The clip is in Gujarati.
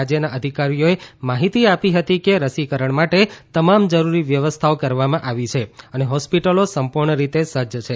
રાજ્યના અધિકારીઓએ માહિતી આપી હતી કે રસીકરણ માટે તમામ જરૂરી વ્યવસ્થાઓ કરવામાં આવી છે અને હોસ્પિટલો સંપૂર્ણ રીતે સજ્જ છે